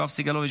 יואב סגלוביץ,